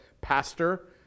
pastor